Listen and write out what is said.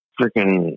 freaking